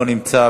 לא נמצא,